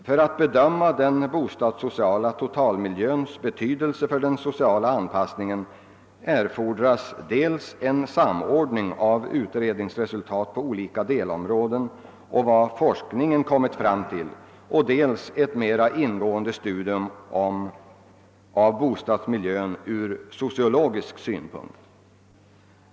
För att bedöma den bostadssociala totalmiljöns betydelse och utformning för den sociala anpassningen erfordras dels en samordning av utredningsresultat på olika delområden och vad forskningen kommit fram till och dels ett mera ingående studium av bostadsmiljön ur sociologisk synpunkt.